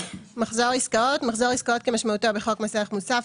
"מחזור עסקאות" מחזור עסקאות כמשמעותו בחוק מס ערך מוסף,